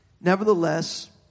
Nevertheless